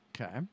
Okay